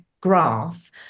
graph